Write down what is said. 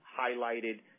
highlighted